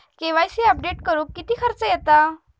KYC update करुक किती खर्च येता?